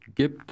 Gibt